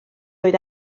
oedd